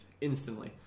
Instantly